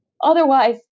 Otherwise